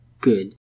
Good